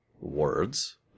words